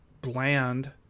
bland